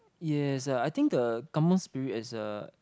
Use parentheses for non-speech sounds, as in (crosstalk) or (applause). yes (noise) I think the Kampung spirit is a